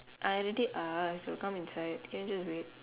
I already ask they will come inside can you just wait